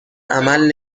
عمل